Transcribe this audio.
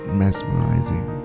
mesmerizing